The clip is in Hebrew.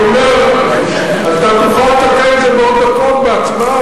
אני אומר: אתה תוכל לתקן את זה בעוד דקות בעצמך,